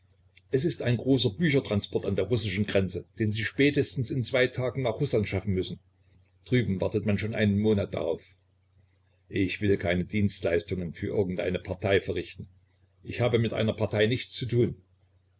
es ist ein großer büchertransport an der russischen grenze den sie spätestens in zwei tagen nach rußland schaffen müssen drüben wartet man schon einen monat darauf ich will keine dienstleistungen für irgend eine partei verrichten ich habe mit einer partei nichts zu tun